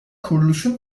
kuruluşun